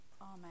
amen